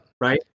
Right